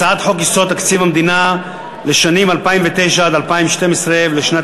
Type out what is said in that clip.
הצעת חוק-יסוד: תקציב המדינה לשנים 2009 עד 2012 ולשנת